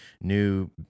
new